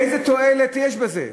איזו תועלת יש בזה?